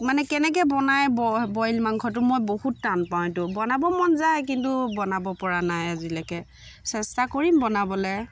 মানে কেনেকৈ বনাই বইল মাংসটো মই বহুত টান পাওঁ এইটো বনাব মন যায় কিন্তু বনাব পৰা নাই আজিলৈকে চেষ্টা কৰিম বনাবলৈ